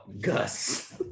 gus